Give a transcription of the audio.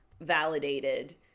validated